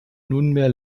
nunmehr